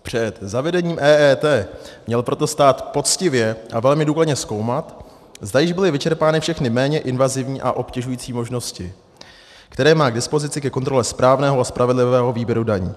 Před zavedením EET měl proto stát poctivě a velmi důkladně zkoumat, zda již byly vyčerpány všechny méně invazivní a obtěžující možnosti, které má k dispozici ke kontrole správného a spravedlivého výběru daní.